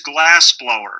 glassblower